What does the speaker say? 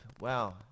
wow